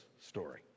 story